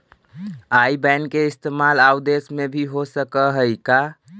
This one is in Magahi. आई बैन के इस्तेमाल आउ देश में भी हो सकऽ हई का?